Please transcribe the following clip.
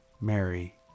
Mary